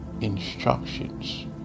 instructions